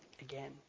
again